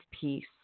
peace